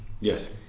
yes